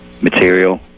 material